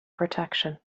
protection